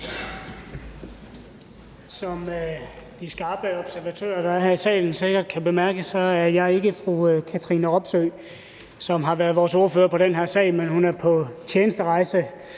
Som de skarpe observatører, der er her i salen, sikkert kan bemærke, er jeg ikke fru Katrine Robsøe, som har været vores ordfører på den her sag. Hun er på tjenesterejse